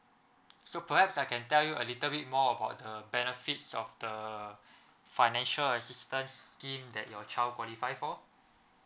so perhaps I can tell you a little bit more about the benefits of the financial assistance scheme that your child qualify or